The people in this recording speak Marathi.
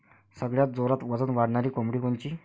सगळ्यात जोरात वजन वाढणारी कोंबडी कोनची?